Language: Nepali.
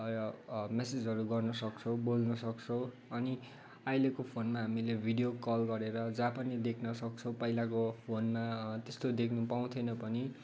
मेसेजहरू गर्नसक्छौँ बोल्नसक्छौँ अनि अहिलेको फोनमा हामीले भिडियो कल गरेर जहाँ पनि देख्नसक्छौँ पहिलाको फोनमा त्यस्तो देख्नु पाउँथेनौँ पनि